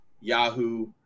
Yahoo